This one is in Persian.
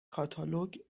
کاتالوگ